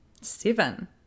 seven